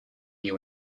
you